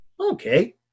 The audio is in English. Okay